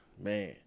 man